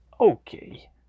okay